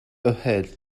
ahead